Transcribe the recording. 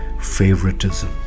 favoritism